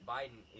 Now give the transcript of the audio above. Biden